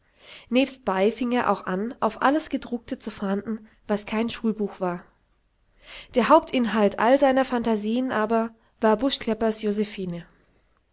nebstbei fing er auch an auf alles gedruckte zu fahnden was kein schulbuch war der hauptinhalt all seiner phantasien war aber buschkleppers josephine